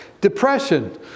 Depression